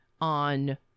on